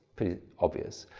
pretty obvious.